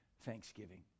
Thanksgiving